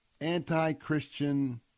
anti-Christian